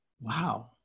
Wow